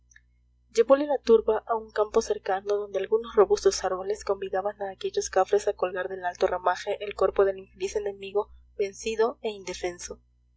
llevole la turba a un campo cercano donde algunos robustos árboles convidaban a aquellos cafres a colgar del alto ramaje el cuerpo del infeliz enemigo vencido e indefenso